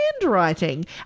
handwriting